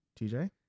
TJ